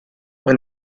when